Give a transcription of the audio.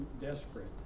desperate